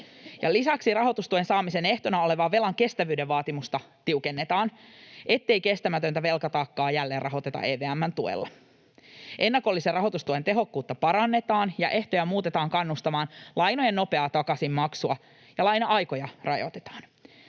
Lisäksi rahoitustuen saamisen ehtona olevan velan kestävyyden vaatimusta tiukennetaan, ettei kestämätöntä velkataakkaa jälleen rahoiteta EVM:n tuella. Ennakollisen rahoitustuen tehokkuutta parannetaan ja ehtoja muutetaan kannustamaan lainojen nopeaa takaisinmaksua ja laina-aikoja rajoitetaan.